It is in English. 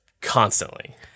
constantly